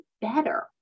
better